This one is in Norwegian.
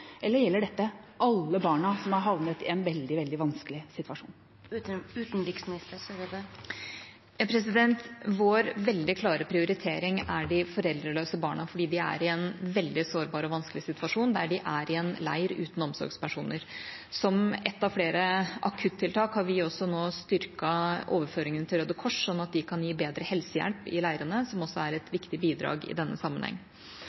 Eller gjelder dette alle barna som har havnet i en veldig, veldig vanskelig situasjon? Vår veldig klare prioritering er de foreldreløse barna, for de er i en veldig sårbar og vanskelig situasjon der de er, i en leir uten omsorgspersoner. Som et av flere akuttiltak har vi nå også styrket overføringene til Røde Kors, slik at de kan gi bedre helsehjelp i leirene – også et viktig bidrag i denne sammenheng.